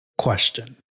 Question